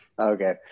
Okay